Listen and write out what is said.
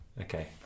Okay